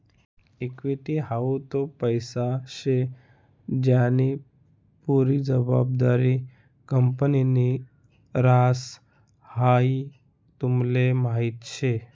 equity हाऊ तो पैसा शे ज्यानी पुरी जबाबदारी कंपनीनि ह्रास, हाई तुमले माहीत शे